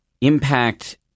impact